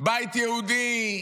בית יהודי,